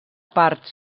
part